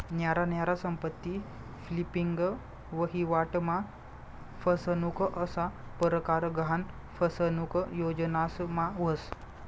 न्यारा न्यारा संपत्ती फ्लिपिंग, वहिवाट मा फसनुक असा परकार गहान फसनुक योजनास मा व्हस